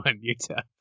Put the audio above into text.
Utah